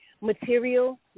material